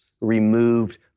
removed